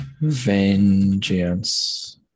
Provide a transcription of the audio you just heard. vengeance